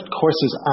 courses